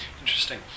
interesting